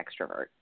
extrovert